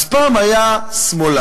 אז פעם היה שמאלן.